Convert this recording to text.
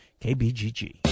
KBGG